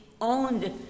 owned